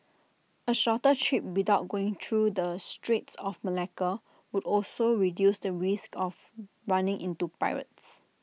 A shorter trip without going through the straits of Malacca would also reduce the risk of running into pirates